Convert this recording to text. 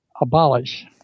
abolish